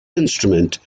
instrument